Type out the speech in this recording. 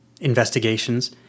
investigations